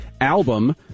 album